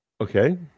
Okay